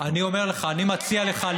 אני מציע לך,